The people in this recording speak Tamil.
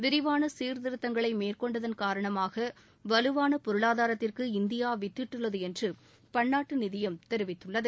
விரிவான சீர்த்திருத்தங்களை மேற்கொண்டதன் காரணமாக வலுவான பொருளாதாரத்திற்கு இந்தியா வித்துட்டுள்ளது என்று பன்னாட்டு நிதியம் தெரிவித்துள்ளது